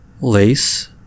Lace